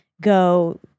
go